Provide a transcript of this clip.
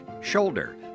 shoulder